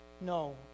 No